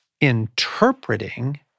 interpreting